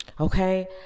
Okay